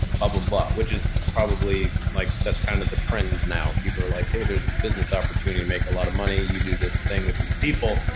blah. which is probably like, that's kind of the trend now. people are like, hey, there's this business opportunity to make a lot of money. you do this thing with these people,